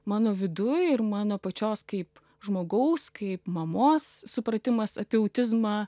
mano viduj ir mano pačios kaip žmogaus kaip mamos supratimas apie autizmą